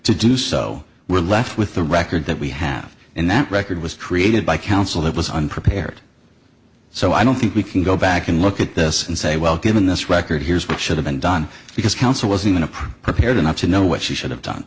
to do so we're left with the record that we have and that record was created by counsel that was unprepared so i don't think we can go back and look at this and say well given this record here's what should have been done because counsel wasn't a prepared enough to know what she should have done